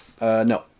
no